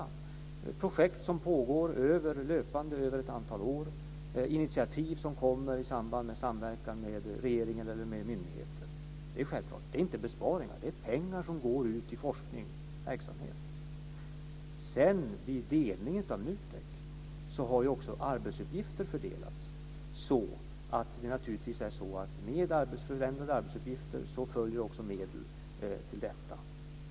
Det kan gälla projekt som pågår löpande över ett antal år och initiativ som kommer i samband med samverkan med regeringen eller med myndigheter. Självklart är det inte besparingar, utan det är pengar som går ut till forskningsverksamhet. Vid delningen av NUTEK har ju också arbetsuppgifter fördelats. Med förändrade arbetsuppgifter följer naturligtvis medel till detta.